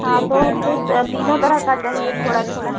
हाँ तो हमको तीनों तरह का चाहिए थोड़ा थोड़ा